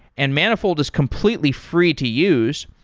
and manifold is completely free to use.